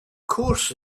course